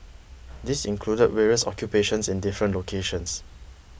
this included various occupations in different locations